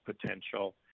potential